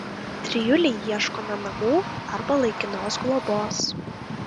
trijulei ieškome namų arba laikinos globos